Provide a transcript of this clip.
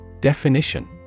Definition